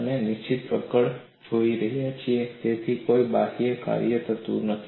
અમે નિશ્ચિત પકડ જોઈ રહ્યા છીએ તેથી કોઈ બાહ્ય કાર્ય થયું નથી